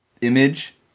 image